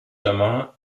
germain